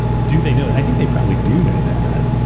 do they know? i think they probably do know that.